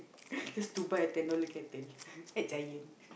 just to buy a ten dollars kettle at Giant